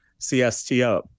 CSTO